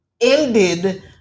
ended